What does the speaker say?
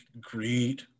greed